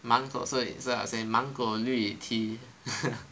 芒果 so instead I will say 芒果绿 tea